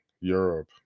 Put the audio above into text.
Europe